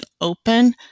open